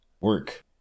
Work